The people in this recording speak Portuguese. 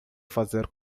fazer